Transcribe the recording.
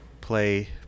play